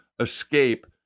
escape